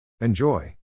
Enjoy